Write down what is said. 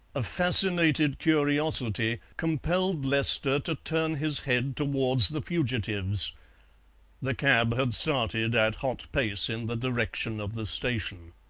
a fascinated curiosity compelled lester to turn his head towards the fugitives the cab had started at hot pace in the direction of the station.